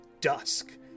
dusk